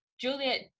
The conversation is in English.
Juliet